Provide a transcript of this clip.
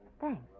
Thanks